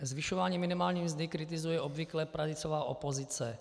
Zvyšování minimální mzdy kritizuje obvykle pravicová opozice.